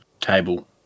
table